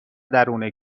درون